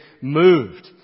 moved